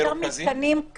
ממתי את דיברת?